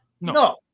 No